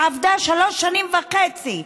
שעבדה שלוש שנים וחצי,